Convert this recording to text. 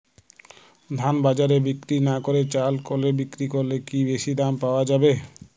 ধান বাজারে বিক্রি না করে চাল কলে বিক্রি করলে কি বেশী দাম পাওয়া যাবে?